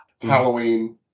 Halloween